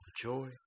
joy